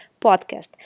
podcast